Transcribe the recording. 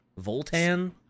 voltan